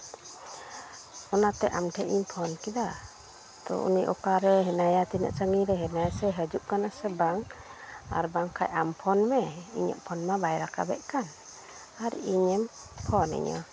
ᱚᱱᱟᱛᱮ ᱟᱢ ᱴᱷᱮᱡ ᱤᱧ ᱯᱷᱳᱱ ᱠᱮᱫᱟ ᱛᱚ ᱩᱱᱤ ᱚᱠᱟᱨᱮ ᱦᱮᱱᱟᱭᱟ ᱛᱤᱱᱟᱹᱜ ᱥᱟᱺᱜᱤᱧ ᱨᱮ ᱦᱮᱱᱟᱭᱟ ᱦᱟᱡᱩᱜ ᱠᱟᱱᱟᱭ ᱥᱮ ᱵᱟᱝ ᱟᱨ ᱵᱟᱝᱠᱷᱟᱡ ᱟᱢ ᱯᱷᱳᱱ ᱢᱮ ᱤᱧᱟᱹᱜ ᱯᱷᱳᱱ ᱢᱟ ᱵᱟᱭ ᱨᱟᱠᱟᱵ ᱮᱫ ᱠᱟᱱ ᱟᱨ ᱤᱧᱮᱢ ᱯᱷᱳᱱᱤᱧᱟᱹ